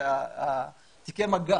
תיקי מגע.